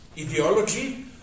ideology